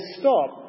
stop